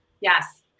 Yes